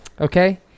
Okay